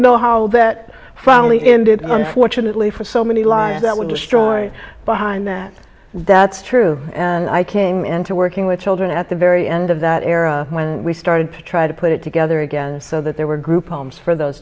know how that finally ended unfortunately for so many lives that would destroy behind that that's true and i came into working with children at the very end of that era when we started to try to put it together again so that there were group homes for those